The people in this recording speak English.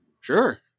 Sure